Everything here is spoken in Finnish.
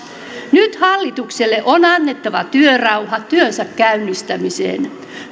nyt hallitukselle on annettava työrauha työnsä käynnistämiseen